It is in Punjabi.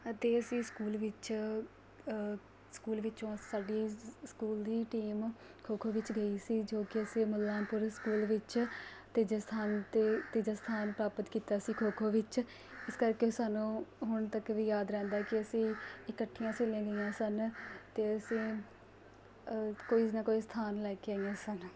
ਅਤੇ ਅਸੀਂ ਸਕੂਲ ਵਿੱਚ ਸਕੂਲ ਵਿੱਚੋਂ ਸਾਡੀ ਸਕੂਲ ਦੀ ਟੀਮ ਖੋ ਖੋ ਵਿੱਚ ਗਈ ਸੀ ਜੋ ਕਿ ਅਸੀਂ ਮੁੱਲਾਂਪੁਰ ਸਕੂਲ ਵਿੱਚ ਤੀਜੇ ਸਥਾਨ 'ਤੇ ਤੀਜਾ ਸਥਾਨ ਪ੍ਰਾਪਤ ਕੀਤਾ ਸੀ ਖੋ ਖੋ ਵਿੱਚ ਇਸ ਕਰਕੇ ਸਾਨੂੰ ਹੁਣ ਤੱਕ ਵੀ ਯਾਦ ਰਹਿੰਦਾ ਹੈ ਕਿ ਅਸੀਂ ਇਕੱਠੀਆਂ ਸਹੇਲੀਆਂ ਗਈਆਂ ਸਨ ਅਤੇ ਅਸੀਂ ਕੋਈ ਨਾ ਕੋਈ ਸਥਾਨ ਲੈ ਕੇ ਆਈਆਂ ਸਨ